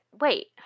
wait